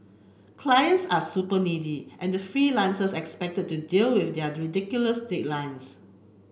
clients are super needy and freelancers are expect to deal with ridiculous deadlines